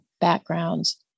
backgrounds